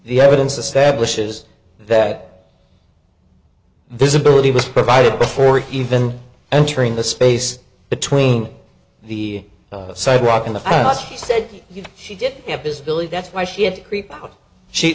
the evidence establishes that this ability was provided before even entering the space between the sidewalk in the us she s